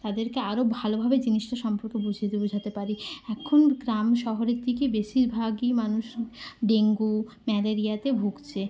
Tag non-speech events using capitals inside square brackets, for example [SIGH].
তাদেরকে আরও ভালোভাবে জিনিসটা সম্পর্কে বুঝি [UNINTELLIGIBLE] বোঝাতে পারি এখন গ্রাম শহরের থেকে বেশিরভাগই মানুষ ডেঙ্গু ম্যালেরিয়াতে ভুগছে